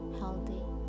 healthy